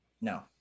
No